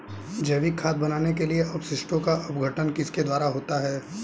जैविक खाद बनाने के लिए अपशिष्टों का अपघटन किसके द्वारा होता है?